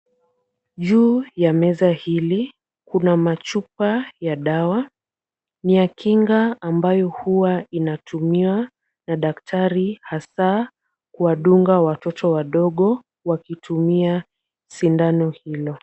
Juu ya meza hili kuna machupa ya dawa. Ni ya kinga ambayo huwa inatumiwa na daktari hasaa kuwadunga watoto wadogo wakitumia sindano hilo.